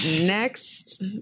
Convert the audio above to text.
next